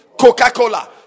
Coca-Cola